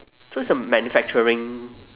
so it's a manufacturing